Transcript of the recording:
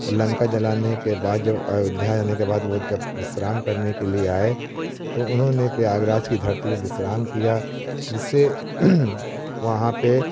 और लंका जलाने के बाद जब अयोध्या जाने के बाद वह जब विश्राम करने के लिए आए तो उन्होंने प्रयागराज की धरती पर विश्राम किया जिससे वहाँ पर